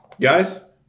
Guys